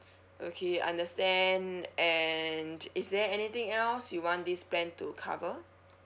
okay understand and is there anything else you want this plan to cover